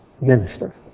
Minister